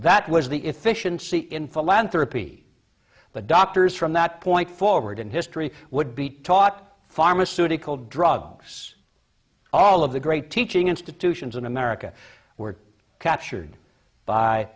that was the efficiency in philanthropy but doctors from that point forward in history would be taught pharmaceutical drugs all of the great teaching institutions in america were captured by